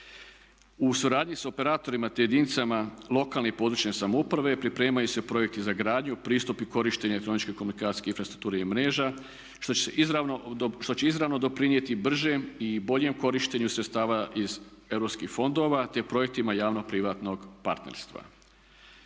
U suradnji sa operatorima te jedinicama lokalne i područne samouprave pripremaju se projekti za gradnju, pristup i korištenje elektroničke komunikacijske infrastrukture i mreža što će izravno doprinijeti bržem i boljem korištenju sredstava iz europskih fondova te projektima javno-privatnog partnerstva.